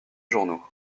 journaux